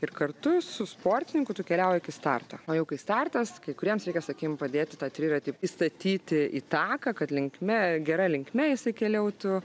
ir kartu su sportininku tu keliauji iki starto o jau kai startas kai kuriems reikia sakykim padėti tą triratį įstatyti į taką kad linkme gera linkme jisai keliautų